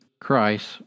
Christ